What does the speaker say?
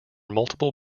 multiple